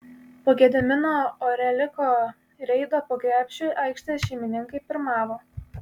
po gedimino oreliko reido po krepšiu aikštės šeimininkai pirmavo